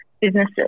businesses